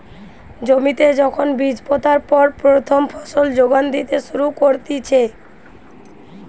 জমিতে যখন বীজ পোতার পর প্রথম ফসল যোগান দিতে শুরু করতিছে